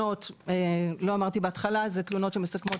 לא אמרתי בתחילה שאלו תלונות שמסכמות